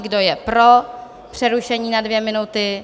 Kdo je pro přerušení na dvě minuty?